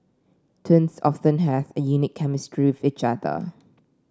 twins often have a unique chemistry with each other